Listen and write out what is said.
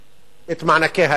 את מענקי האיזון,